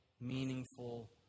meaningful